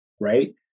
Right